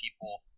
people